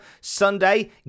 Sunday